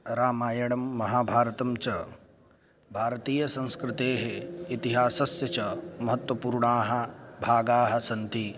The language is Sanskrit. रामायणं महाभारतं च भारतीयसंस्कृतेः इतिहासस्य च महत्त्वपूर्णाः भागाः सन्ति